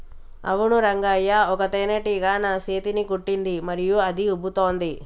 అవును రంగయ్య ఒక తేనేటీగ నా సేతిని కుట్టింది మరియు అది ఉబ్బుతోంది